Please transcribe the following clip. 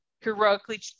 heroically